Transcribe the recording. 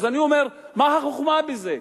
אז אני אומר: מה החוכמה בזה?